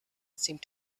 seemed